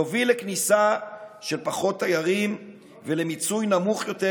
יוביל לכניסה של פחות תיירים ולמיצוי נמוך יותר